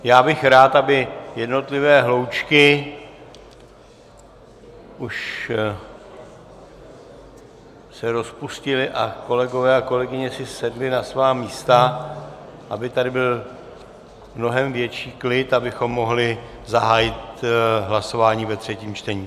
Já bych rád, aby se jednotlivé hloučky už rozpustily a kolegové a kolegyně si sedli na svá místa, aby tady byl mnohem větší klid, abychom mohli zahájit hlasování ve třetím čtení.